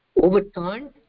overturned